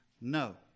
no